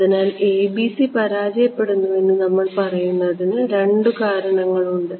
അതിനാൽ ABC പരാജയപ്പെടുന്നുവെന്ന് നമ്മൾ പറയുന്നതിന് രണ്ട് കാരണങ്ങളുണ്ട്